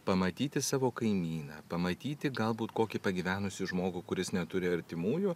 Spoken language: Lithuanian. pamatyti savo kaimyną pamatyti galbūt kokį pagyvenusį žmogų kuris neturi artimųjų